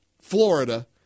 Florida